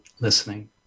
listening